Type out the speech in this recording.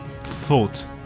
thought